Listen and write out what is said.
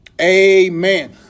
amen